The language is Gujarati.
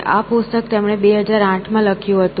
આ પુસ્તક તેમણે 2008 માં લખ્યું હતું